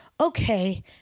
Okay